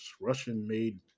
Russian-made